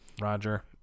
roger